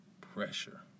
pressure